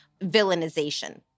villainization